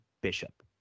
Bishop